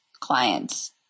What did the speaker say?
clients